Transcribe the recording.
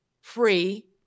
free